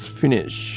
finish